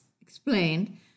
explained